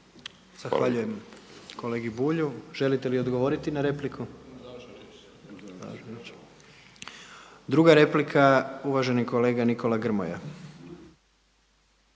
Zahvaljujem kolegi Bulju. Želite li odgovoriti na repliku? Druga replika, uvaženi kolega Nikola Grmoja.